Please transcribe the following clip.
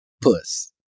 puss